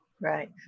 Right